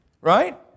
Right